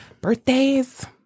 birthdays